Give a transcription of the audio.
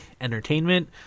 Entertainment